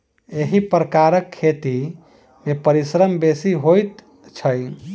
एहि प्रकारक खेती मे परिश्रम बेसी होइत छै